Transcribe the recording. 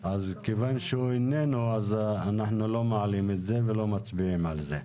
כיוון שהוא איננו אנחנו לא מעלים את זה ולא מצביעים על זה.